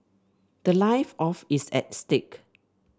the life of is at stake